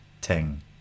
Ting